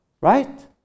right